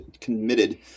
committed